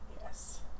Yes